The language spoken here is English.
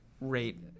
rate